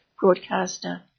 broadcaster